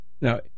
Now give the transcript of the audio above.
now